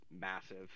massive